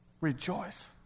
Rejoice